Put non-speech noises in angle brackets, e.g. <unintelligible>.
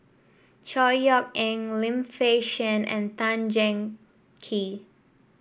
Chor Yeok Eng Lim Fei Shen and Tan <unintelligible> Kee